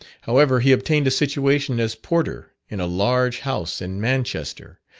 however, he obtained a situation as porter in a large house in manchester,